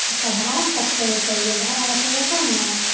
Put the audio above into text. तब भाड़ा कतेक हइके भाड़ा बतेबै तब ने